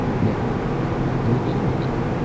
now you're right back in the game again.